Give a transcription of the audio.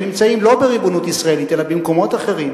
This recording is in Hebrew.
שנמצאים לא בריבונות ישראלית אלא במקומות אחרים,